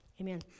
amen